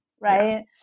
right